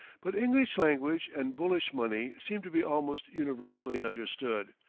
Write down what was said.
but english language and bullish money seem to be almost universally understood,